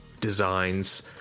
designs